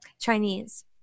Chinese